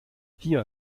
hier